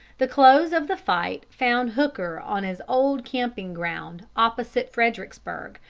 the close of the fight found hooker on his old camping-ground opposite fredericksburg,